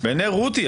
רותי.